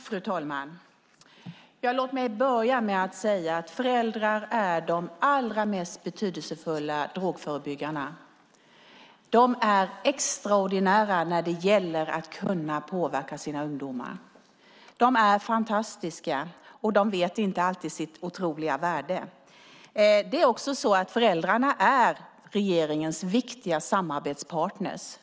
Fru talman! Låt mig börja med att säga att föräldrar är de allra mest betydelsefulla drogförebyggarna. De är extraordinära när det gäller att kunna påverka sina ungdomar. De är fantastiska, men de vet inte alltid sitt otroliga värde. Föräldrarna är regeringens viktigaste samarbetspartner.